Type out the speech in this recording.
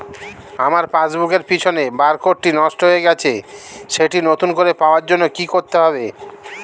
আমার পাসবুক এর পিছনে বারকোডটি নষ্ট হয়ে গেছে সেটি নতুন করে পাওয়ার জন্য কি করতে হবে?